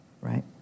right